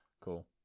Cool